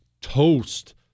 toast